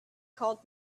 called